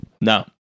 No